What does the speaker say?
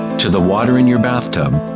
to the water in your bathtub,